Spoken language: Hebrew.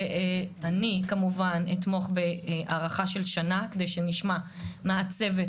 אני כמובן אתמוך בהארכה של שנה כדי שנשמע מה הצוות